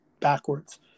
backwards